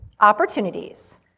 opportunities